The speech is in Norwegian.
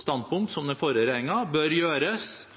standpunkt som den forrige regjeringen hadde – bør gjøres